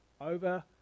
over